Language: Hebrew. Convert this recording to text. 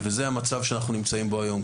וזה המצב שאנחנו נמצאים בו היום.